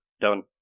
done